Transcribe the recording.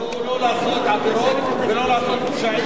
והוא לא לעשות עבירות ולא לעשות פשעים,